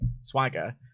swagger